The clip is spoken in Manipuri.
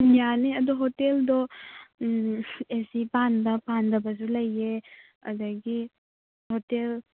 ꯎꯝ ꯌꯥꯅꯤ ꯑꯗꯣ ꯍꯣꯇꯦꯜꯗꯣ ꯑꯦ ꯁꯤ ꯄꯥꯟꯕ ꯄꯥꯟꯗꯕꯁꯨ ꯂꯩꯌꯦ ꯑꯗꯒꯤ ꯍꯣꯇꯦꯜ